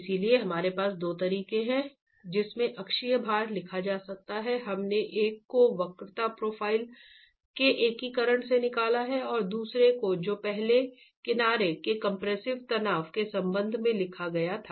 इसलिए हमारे पास 2 तरीके हैं जिसमें अक्षीय भार लिखा जा सकता है हमने एक को वक्रता प्रोफ़ाइल के एकीकरण से निकाला है और दूसरे को जो पहले किनारे के कंप्रेसिव तनाव के संबंध में लिखा गया था